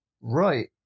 Right